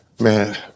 Man